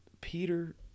Peter